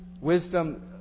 Wisdom